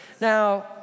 Now